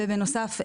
ובנוסף,